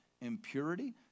impurity